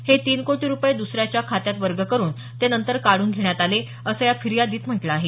हे तीन कोटी रुपये दुसऱ्यांच्या खात्यात वर्ग करुन ते नंतर काढून घेण्यात आले असं या फिर्यादीत म्हटलं आहे